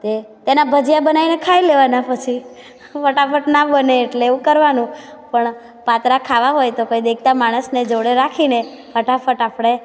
તે તેના ભજીયા બનાવીને ખાય લેવાના પછી ફટાફટ ના બને એટલે એવું કરવાનું પણ પાતરા ખાવા હોય તો દેખતાં માણસને જોડે રાખીને ફટાફટ આપણે